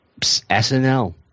SNL